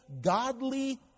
godly